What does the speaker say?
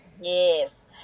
Yes